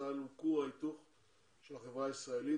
צה"ל הוא כור ההיתוך של החברה הישראלית,